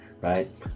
right